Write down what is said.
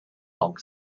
long